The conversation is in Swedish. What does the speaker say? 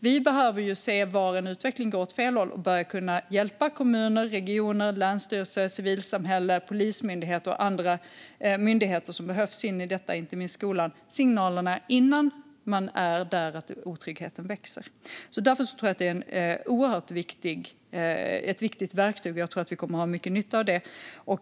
Vi behöver se var utvecklingen går åt fel håll så att vi kan hjälpa kommuner, regioner, länsstyrelser, civilsamhälle, polismyndigheter och de andra myndigheter som behövs, inte minst skolan, för att se signalerna innan områden har kommit till en punkt där otryggheten växer. Indexet är ett viktigt verktyg, och jag tror att vi kommer att ha mycket nytta av det.